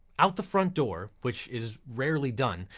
out the front door, which is rarely done,